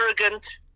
arrogant